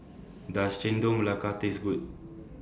Does Chendol Melaka Taste Good